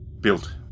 built